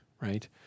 right